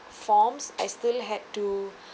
forms I still had to